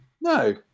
No